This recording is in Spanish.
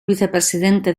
vicepresidente